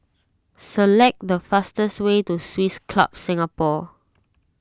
select the fastest way to Swiss Club Singapore